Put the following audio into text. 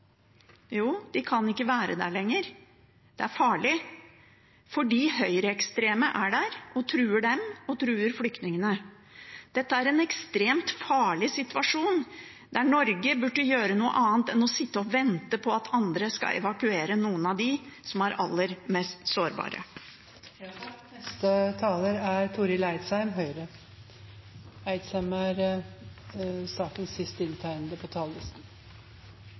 Jo, de kan ikke være der lenger. Det er farlig fordi høyreekstreme er der og truer dem og truer flyktningene. Dette er en ekstremt farlig situasjon der Norge burde gjøre noe annet enn å sitte og vente på at andre skal evakuere noen av dem som er aller mest sårbare. Balansen i ei sak som dette er